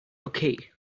okay